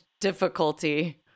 difficulty